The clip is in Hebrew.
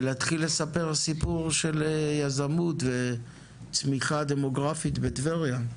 ולהתחיל לספר סיפור של יזמות וצמיחה דמוגרפית בטבריה.